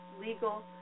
legal